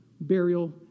burial